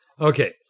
Okay